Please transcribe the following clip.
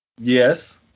Yes